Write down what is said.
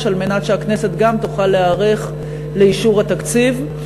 על מנת שהכנסת גם תוכל להיערך לאישור התקציב.